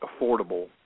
affordable